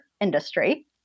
industry